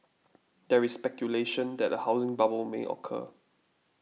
there is speculation that a housing bubble may occur